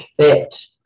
fit